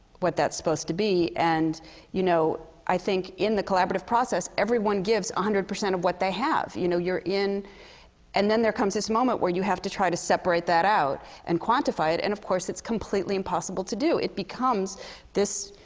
what that's supposed to be. and you know, i think in the collaborative process, everyone gives one ah hundred percent of what they have. you know, you're in and then there comes this moment where you have to try to separate that out and quantify it. and of course, it's completely impossible to do. it becomes this